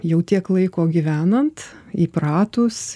jau tiek laiko gyvenant įpratus